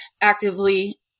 actively